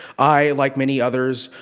i, like many others,